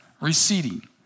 receding